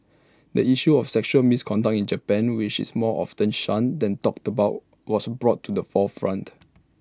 the issue of sexual misconduct in Japan which is more often shunned than talked about was brought to the forefront